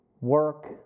work